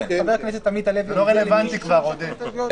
זה לא רלוונטי כבר, עודד.